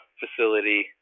facility